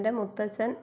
എന്റെ മുത്തച്ഛൻ